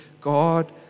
God